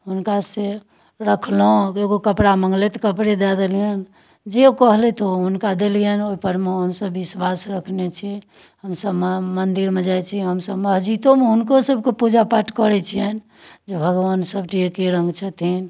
हुनका से रखलहुँ एगो कपड़ा मङ्गलथि कपड़े दै देलिअनि जे ओ कहलथि ओ हुनका देलिअनि ओहि परमे हमसब विश्वास रखने छी हमसबमे मंदिरमे जाइत छी हमसब मस्जिदोमे हुनको सबके पूजा पाठ करैत छिअनि जे भगवान सब टा एके रङ्ग छथिन